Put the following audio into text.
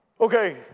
Okay